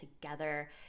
together